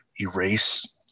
erase